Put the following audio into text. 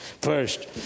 First